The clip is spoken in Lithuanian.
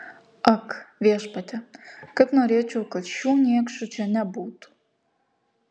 ak viešpatie kaip norėčiau kad šių niekšų čia nebūtų